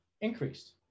increased